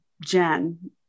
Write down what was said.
Jen